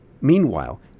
Meanwhile